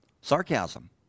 sarcasm